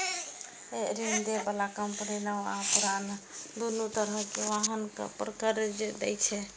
ऋण दै बला कंपनी नव आ पुरान, दुनू तरहक वाहन पर कर्ज दै छै